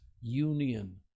union